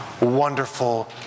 wonderful